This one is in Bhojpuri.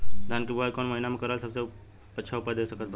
धान के बुआई कौन महीना मे करल सबसे अच्छा उपज दे सकत बा?